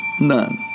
None